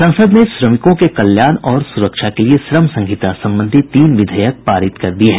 संसद ने श्रमिकों के कल्याण और सुरक्षा के लिए श्रम संहिता संबंधी तीन विधेयक पारित कर दिए हैं